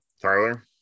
Tyler